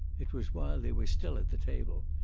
it was while they were still at the table,